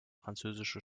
französische